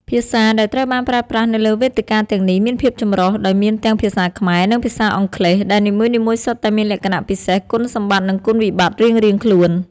ភាសាដែលត្រូវបានប្រើប្រាស់នៅលើវេទិកាទាំងនេះមានភាពចម្រុះ ដោយមានទាំងភាសាខ្មែរ និងភាសាអង់គ្លេស ដែលនីមួយៗសុទ្ធតែមានលក្ខណៈពិសេស គុណសម្បត្តិ និងគុណវិបត្តិរៀងៗខ្លួន។